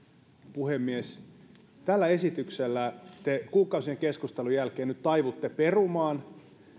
puhemies tällä esityksellä te kuukausien keskustelujen jälkeen nyt taivutte perumaan